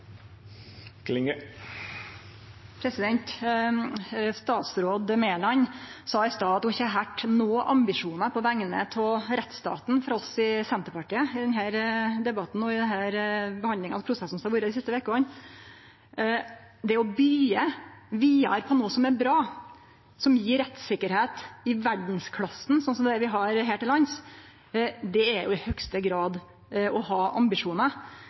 Statsråd Mæland sa i stad at ho ikkje hadde høyrt nokon ambisjonar på vegner av rettsstaten frå oss i Senterpartiet i denne debatten og i den prosessen som har vore dei siste vekene. Det å byggje vidare på noko som er bra, som gjev rettstryggleik i verdsklassen, slik vi har det her til lands, er i høgste grad å ha ambisjonar.